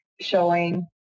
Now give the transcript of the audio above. showing